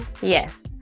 Yes